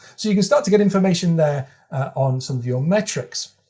so you can start to get information there on some of your metrics.